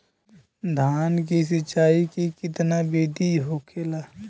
धान की सिंचाई की कितना बिदी होखेला?